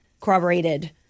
corroborated